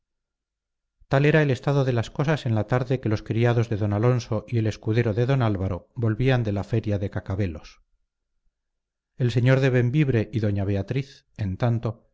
tal era el estado de las cosas en la tarde que los criados de don alonso y el escudero de don álvaro volvían de la feria de cacabelos el señor de bembibre y doña beatriz en tanto